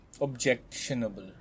objectionable